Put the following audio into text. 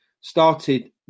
started